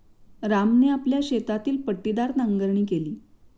रामने आपल्या शेतातील पट्टीदार नांगरणी केली